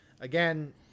again